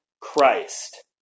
Christ